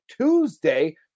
Tuesday